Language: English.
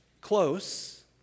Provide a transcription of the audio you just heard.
Close